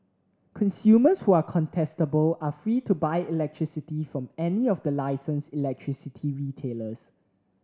consumers who are contestable are free to buy electricity from any of the licensed electricity retailers